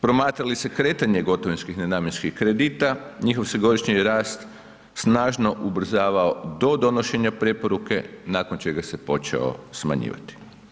Promatra li se kretanje gotovinskih nenamjenskih kredita, njihov se godišnji rast snažno ubrzavao do donošenja preporuke nakon čega se počeo smanjivati.